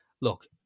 look